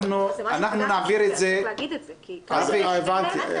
זה משהו חדש.